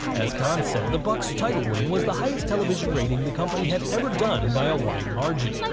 as khan said the bucks' title win was the highest television rating the company had ever done by a wide margin.